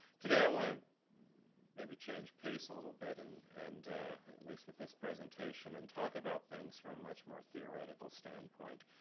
today i want to maybe change pace a little bit and and, at least with this presentation and talk about things from a much more theoretical standpoint.